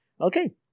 Okay